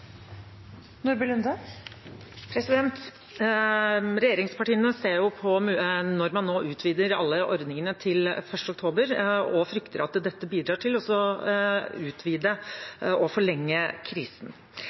nå utvider alle ordningene til 1. oktober og frykter at dette bidrar til å utvide og forlenge krisen.